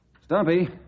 Stumpy